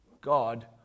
God